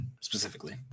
specifically